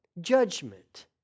judgment